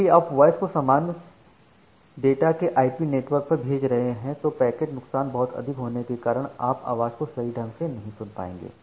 यदि आप वॉइस को सामान्य डाटा के आईपी नेटवर्क पर भेज रहे हैं तो पैकेट नुकसान बहुत अधिक होने के कारण आप आवाज को सही ढंग से नहीं सुन पाएंगे